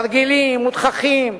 תרגילים ותככים,